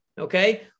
okay